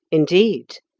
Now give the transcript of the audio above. indeed!